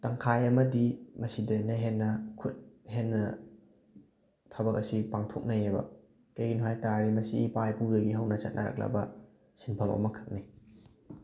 ꯇꯪꯈꯥꯏ ꯑꯃꯗꯤ ꯃꯁꯤꯗꯅ ꯍꯦꯟꯅ ꯈꯨꯠ ꯍꯦꯟꯅ ꯊꯕꯛ ꯑꯁꯤ ꯄꯥꯡꯊꯣꯛꯅꯩꯌꯦꯕ ꯀꯩꯒꯤꯅꯣ ꯍꯥꯏ ꯇꯥꯔꯒꯗꯤ ꯃꯁꯤ ꯏꯄꯥ ꯏꯄꯨꯗꯒꯤ ꯍꯧꯅ ꯆꯠꯅꯔꯛꯂꯕ ꯁꯤꯟꯐꯝ ꯑꯃꯈꯛꯅꯤ